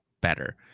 Better